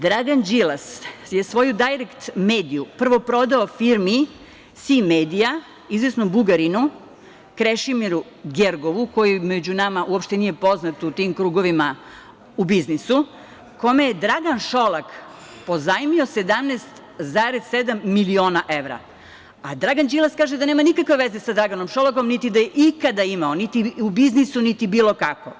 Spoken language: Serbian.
Dragan Đilas je svoju "Dajrekt mediju", prvo, prodao firmi "CEE medija", izvesnom Bugarinu Krešimiru Gergovu, koji među nama uopšte nije poznat u tim krugovima u biznisu, kome je Dragan Šolak pozajmio 17,7 miliona evra, a Dragan Đilas kaže da nema nikakve veze sa Draganom Šolakom, niti da je ikada imao, niti u biznisu, niti bilo kako.